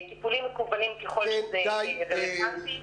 טיפולים מקוונים ככל שזה יהיה רלוונטי.